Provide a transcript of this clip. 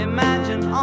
Imagine